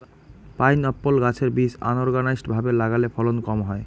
pineapple গাছের বীজ unorganised ভাবে লাগালে ফলন কম হয়